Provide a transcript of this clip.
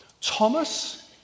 Thomas